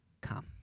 come